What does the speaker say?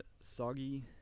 soggy